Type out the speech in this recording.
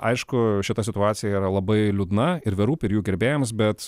aišku šita situacija yra labai liūdna ir the roop ir jų gerbėjams bet